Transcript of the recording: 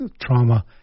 trauma